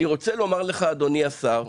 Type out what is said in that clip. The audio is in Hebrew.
אני רוצה לומר לך אדוני השר,